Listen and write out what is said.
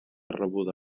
rebuda